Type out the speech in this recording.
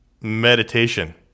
meditation